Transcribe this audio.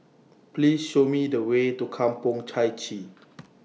Please Show Me The Way to Kampong Chai Chee